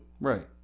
Right